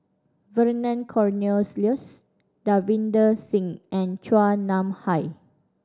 Vernon Cornelius Davinder Singh and Chua Nam Hai